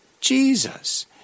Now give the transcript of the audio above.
Jesus